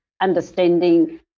understanding